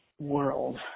world